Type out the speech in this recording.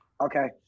Okay